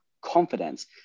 confidence